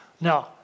No